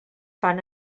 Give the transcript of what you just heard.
fan